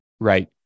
Right